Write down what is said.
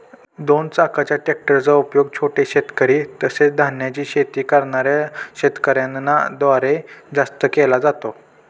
दोन चाकाच्या ट्रॅक्टर चा उपयोग छोटे शेतकरी, तसेच धान्याची शेती करणाऱ्या शेतकऱ्यांन द्वारे जास्त केला जातो